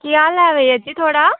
केह् हाल ऐ बइया जी थुआढ़ा